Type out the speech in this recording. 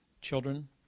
children